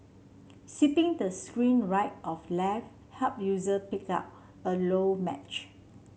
swiping the screen right of left help user pick out a low match